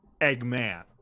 Eggman